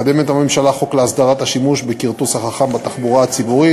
הממשלה מקדמת חוק להסדרת השימוש בכרטוס החכם בתחבורה הציבורית.